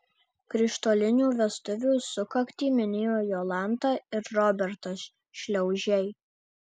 krištolinių vestuvių sukaktį minėjo jolanta ir robertas šliaužiai